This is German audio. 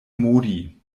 modi